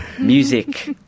music